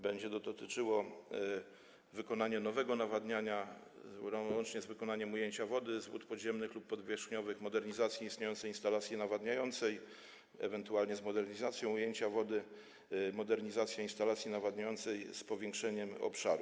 Będzie to dotyczyło wykonania nowego nawadniania, łącznie z wykonaniem ujęcia wody z wód podziemnych lub powierzchniowych, modernizacji istniejącej instalacji nawadniającej, ewentualnie z modernizacją ujęcia wody i modernizacji instalacji nawadniającej z powiększeniem obszaru.